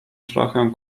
trochę